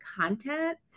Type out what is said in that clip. content